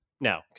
No